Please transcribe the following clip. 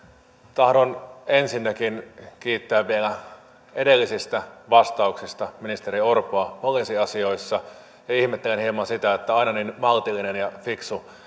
tahdon ensinnäkin kiittää vielä edellisistä vastauksista ministeri orpoa poliisiasioissa ja ihmettelen hieman sitä että aina niin maltillinen ja fiksu